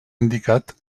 indicat